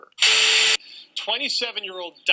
27-year-old